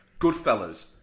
goodfellas